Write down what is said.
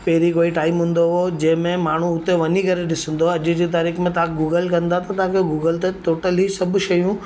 पहिरीं कोई टाइम हूंदो हो जंहिंमें माण्हू हुते वञी करे ॾिसंदो आहे अॼु जी तारीख़ में तव्हां गूगल कंदा त तव्हांखे गूगल ते टोटल ई सभु शयूं